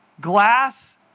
glass